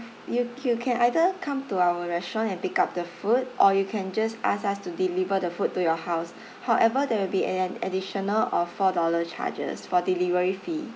you you can either come to our restaurant and pick up the food or you can just ask us to deliver the food to your house however there'll be a an additional of four dollar charges for delivery fee